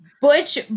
butch